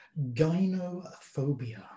Gynophobia